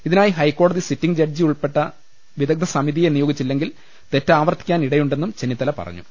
ഇതിനായി ഹൈക്കോടതി sitting judge ഉൾപ്പെടെ വിദഗ്ദ്ധ സമിതിയെ നിയോഗിച്ചില്ലെങ്കിൽ തെറ്റ് ആവർത്തിക്കാൻ ഇടയുണ്ടെന്നും ചെന്നിത്തല പറഞ്ഞു